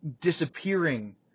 disappearing